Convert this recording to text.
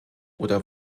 oder